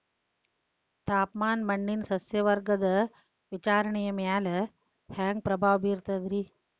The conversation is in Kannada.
ತಾಪಮಾನ ಮಣ್ಣಿನ ಸಸ್ಯವರ್ಗದ ವಿತರಣೆಯ ಮ್ಯಾಲ ಹ್ಯಾಂಗ ಪ್ರಭಾವ ಬೇರ್ತದ್ರಿ?